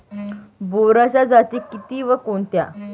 बोराच्या जाती किती व कोणत्या?